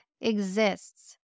exists